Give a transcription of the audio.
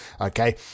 Okay